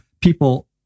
people